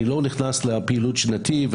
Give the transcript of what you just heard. אני לא נכנס לפעילות של נתיב,